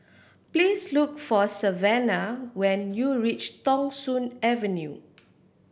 please look for Savanna when you reach Thong Soon Avenue